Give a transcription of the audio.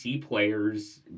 players